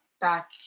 back